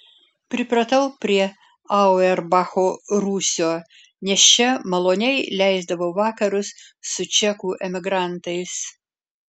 pripratau prie auerbacho rūsio nes čia maloniai leisdavau vakarus su čekų emigrantais